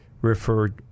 referred